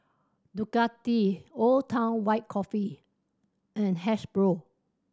Ducati Old Town White Coffee and Hasbro